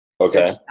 Okay